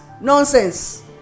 nonsense